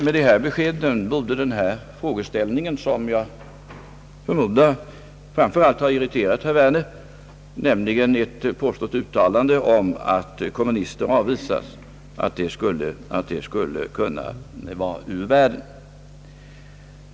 Med de här beskeden borde frågeställningen om ett påstått uttalande om att kommunister avvisats kunna vara ur världen.